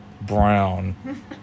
Brown